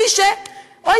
מי שהוריו,